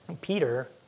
Peter